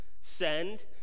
send